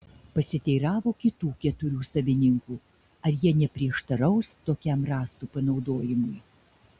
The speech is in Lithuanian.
pasiteiravo kitų keturių savininkų ar jie neprieštaraus tokiam rąstų panaudojimui